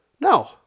No